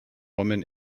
woman